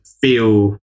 feel